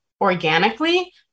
organically